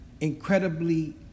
incredibly